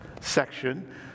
section